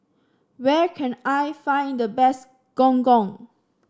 where can I find the best Gong Gong